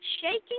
Shaking